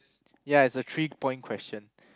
ya it's a three point question